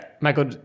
Michael